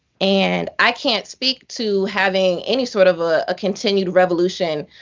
and i can't speak to having any sort of a continued revolution,